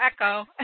echo